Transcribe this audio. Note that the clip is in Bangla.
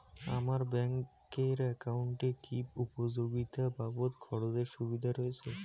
আমার ব্যাংক এর একাউন্টে কি উপযোগিতা বাবদ খরচের সুবিধা রয়েছে?